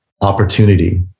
opportunity